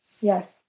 Yes